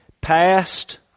Past